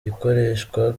gikoreshwa